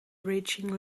reaching